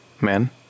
men